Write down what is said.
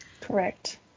Correct